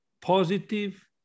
positive